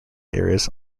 areas